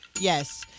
Yes